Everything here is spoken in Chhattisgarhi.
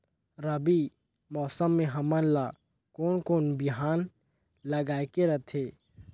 रबी मौसम मे हमन ला कोन कोन बिहान लगायेक रथे?